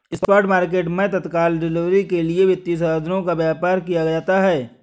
spot market मैं तत्काल delivery के लिए वित्तीय साधनों का व्यापार किया जाता है